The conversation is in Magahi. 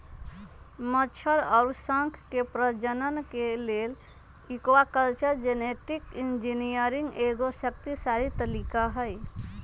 मछर अउर शंख के प्रजनन के लेल एक्वाकल्चर जेनेटिक इंजीनियरिंग एगो शक्तिशाली तरीका हई